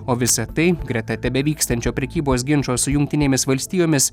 o visa tai greta tebevykstančio prekybos ginčo su jungtinėmis valstijomis